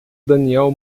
daniel